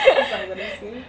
that's what I'm gonna say